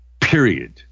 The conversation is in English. period